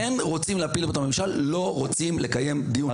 כי הם אלה שלא רוצים לנהל דיון.